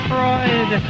Freud